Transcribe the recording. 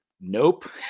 nope